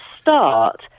start